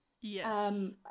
Yes